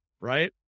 Right